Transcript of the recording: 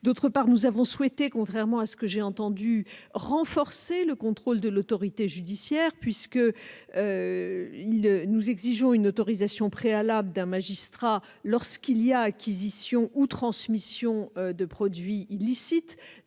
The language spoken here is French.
ailleurs, nous avons souhaité, contrairement à ce que j'ai entendu, renforcer le contrôle de l'autorité judiciaire : nous exigeons l'autorisation préalable d'un magistrat lorsqu'il y a acquisition ou transmission de produits illicites,